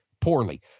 poorly